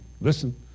listen